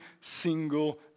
single